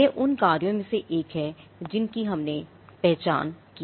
यह उन कार्यों में से एक है जिनकी हमने पहचान की है